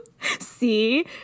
See